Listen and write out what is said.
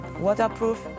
waterproof